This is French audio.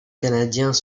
canadiens